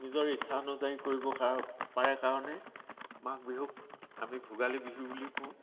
নিজৰ ইচ্ছা অনুযায়ী কৰিব কাৰ পাৰে কাৰণে মাঘ বিহুক আমি ভোগালী বিহু বুলিও কওঁ